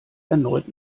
erneut